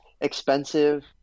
expensive